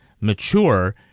mature